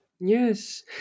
Yes